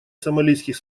сомалийских